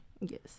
Yes